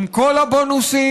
עם כל הבונוסים,